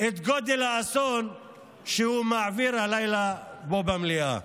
את גודל האסון שהוא מעביר הלילה פה במליאה.